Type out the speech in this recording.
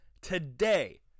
today